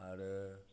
आरो